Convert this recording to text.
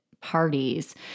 parties